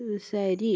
സ് ശരി